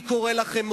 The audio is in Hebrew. אני קורא לכם,